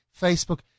Facebook